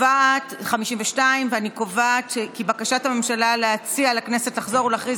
52. אני קובעת כי בקשת הממשלה להציע לכנסת לחזור ולהכריז